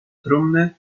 trumny